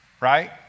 Right